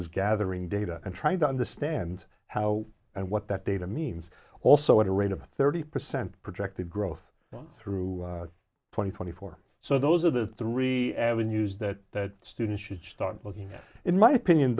is gathering data and trying to understand how and what that data means also at a rate of thirty percent projected growth through twenty twenty four so those are the three avenues that students should start looking at in my opinion